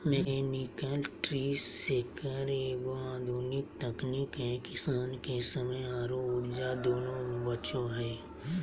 mechanical tree shaker एगो आधुनिक तकनीक है किसान के समय आरो ऊर्जा दोनों बचो हय